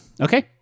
Okay